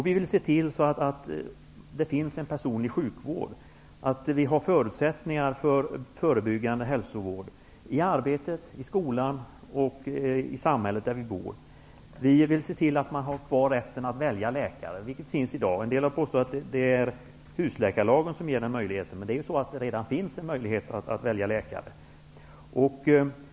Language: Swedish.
Vi vill se till att det finns en personlig verksamhet och att det finns förutsättningar för en förebyggande hälsovård på arbetet, i skolan och i samhället där vi bor. Vi vill se till att man har kvar rätten att välja läkare. En sådan rätt finns redan i dag. En del har påstått att en sådan möjlighet kommer att ges genom husläkarlagen, men det finns redan en möjlighet att välja läkare.